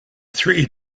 three